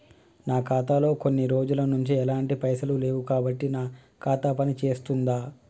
నా ఖాతా లో కొన్ని రోజుల నుంచి ఎలాంటి పైసలు లేవు కాబట్టి నా ఖాతా పని చేస్తుందా?